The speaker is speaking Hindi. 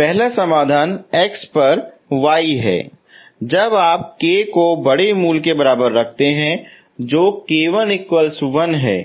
पहला समाधान x पर y है जब आप k को बड़ी मूल के बराबर रखते हैं जो k1 1 है